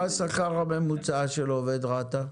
מה השכר הממוצע של עובד רת"א?